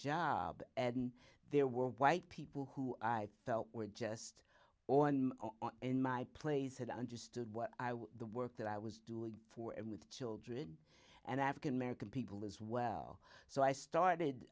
job there were white people who i felt were just or in my place had understood what i was the work that i was doing for and with children and african american people as well so i started